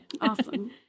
Awesome